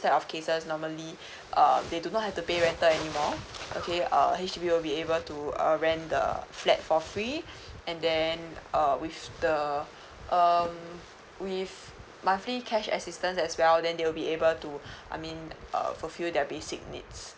type of cases normally um they do not have to pay rental anymore okay uh H_D_B will be able to uh rent the flat for free and then uh with the um with monthly cash assistance as well then they will be able to I mean uh fulfill their basic needs